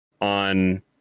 on